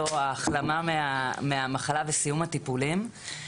ההחלמה מהמחלה וסיום הטיפולים הם יום חג שכולם מחכים לו,